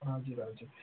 हजुर हजुर